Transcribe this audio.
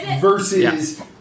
Versus